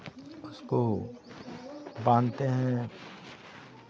उसको बांधते हैं